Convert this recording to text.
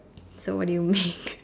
so what do you make